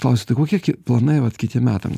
klausiu tai kokie ki planai vat kitiem metam